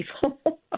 people